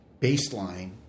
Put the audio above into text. baseline